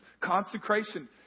consecration